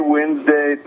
Wednesday